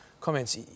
comments